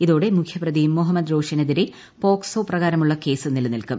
ഇതോടെ മുഖ്യപ്രതി മുഹമ്മദ് റോഷനെതിരെ പോക്സോ പ്രകാരമുല്ള കേസ് നിലനിൽക്കും